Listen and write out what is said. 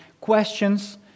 questions